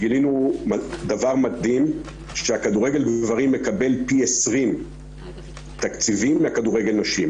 גילינו דבר מדהים שהכדורגל גברים מקבל פי 20 תקציבים מכדורגל נשים